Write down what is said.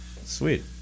Sweet